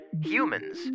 Humans